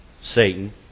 Satan